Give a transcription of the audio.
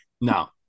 No